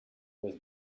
does